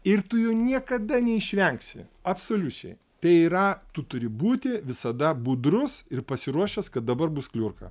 ir tu jo niekada neišvengsi absoliučiai tai yra tu turi būti visada budrus ir pasiruošęs kad dabar bus kliurka